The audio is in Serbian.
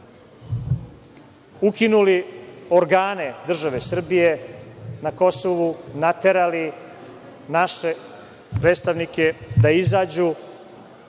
ukinuli organe države Srbije na Kosovu, naterali naše predstavnike da izađu